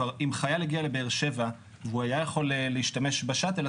חייל הגיע לבאר שבע והיה יכול להשתמש בשאט"ל,